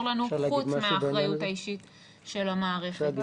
לנו חוץ מהאחריות האישית של המערכת.